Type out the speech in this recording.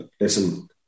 listen